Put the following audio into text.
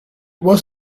was